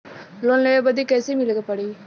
Loan लेवे बदी कैसे मिले के पड़ी?